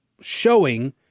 showing